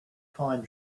pine